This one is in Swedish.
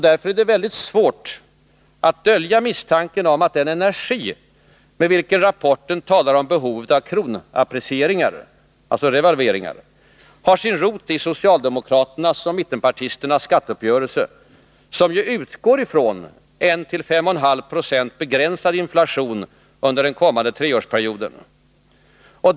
Därför är det väldigt svårt att dölja misstanken om att den energi med vilken rapporten talar om behovet av kronapprecieringar — alltså revalveringar— har sin rot i socialdemokraternas och mittenpartisternas skatteuppgörelse, som ju utgår från en till 5,5 76 begränsad inflation under den kommande treårsperioden.